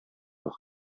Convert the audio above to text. noch